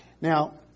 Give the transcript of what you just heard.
now